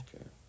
Okay